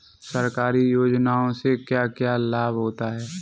सरकारी योजनाओं से क्या क्या लाभ होता है?